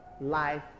life